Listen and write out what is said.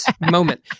moment